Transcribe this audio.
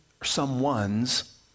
someones